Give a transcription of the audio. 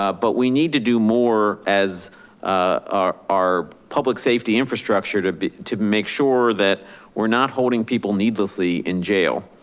ah but we need to do more as our our public safety infrastructure to to make sure that we're not holding people needlessly in jail.